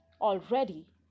Already